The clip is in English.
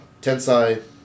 Tensai